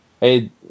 hey